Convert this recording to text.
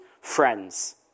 friends